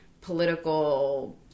political